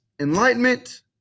Enlightenment